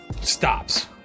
stops